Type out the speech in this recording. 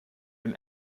him